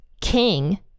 king